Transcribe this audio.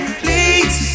please